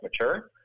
mature